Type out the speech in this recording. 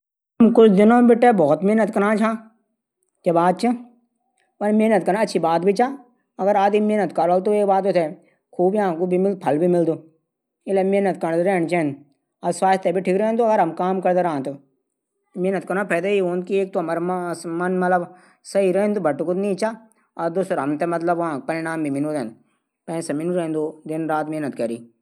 तू मेथे बार बार किले पूछणी रैंदी कि पैसा दे। कि झब हजार बार मिन तेथे मना कैरियाली की मिमा नी पैंसा फिर भी त्वी चीछ थै बार बार पुछणी रैंद एक बार मिन तेथे पैली भी दे छाई पैंसा ओ पैंसा तुमनी लौटे नी चा त अब मिन बिल्कुल नी दीणी ई मिन लास्ट बार बोलियाली आखिर बार भुनू छौं पैंसा नी छन बाई अब तुम खुद ही चले ल्या खुद ही कैला इले अब मि मा पैसा नी चा अब काम कारा। खुद कमा और खुद खा अगने बिटे मी मा पैसा नी मःगनी।